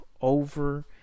over